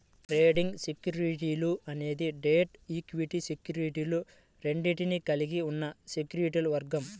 trading సెక్యూరిటీలు అనేది debt, equity సెక్యూరిటీలు రెండింటినీ కలిగి ఉన్న సెక్యూరిటీల వర్గం